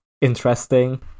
interesting